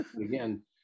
again